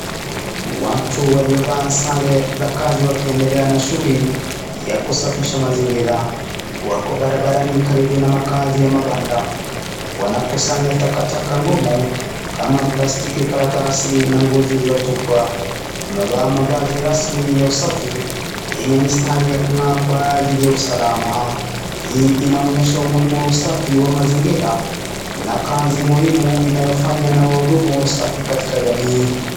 Watu waliovaa zare wakiendelea na shuguli ya kusafisha mazingira. Wako barabarani karibu na makao ya mapanda. Wanakusanya takataka ngumu kama plastic na karatasi na nguo zilizotubwa. Wamevaa mavazi rasmi ya usafi yenye kung'aa kwa ajili ya uzalama. Hii inaonyesha umuhimu wa usafi wa mazingira na kazi muhimu inayofanywa na wahudumu wa usafi katika jamii.